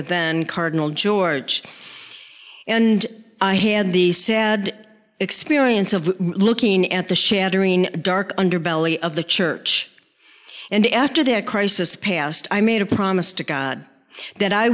that then cardinal george and i had the sad experience of looking at the shattering dark underbelly of the church and after their crisis passed i made a promise to god that i